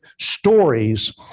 stories